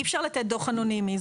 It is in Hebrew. אי-אפשר לתת דוח אנונימי.